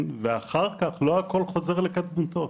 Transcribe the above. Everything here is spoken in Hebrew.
אחר כך, לא הכל חוזר לקדמותו.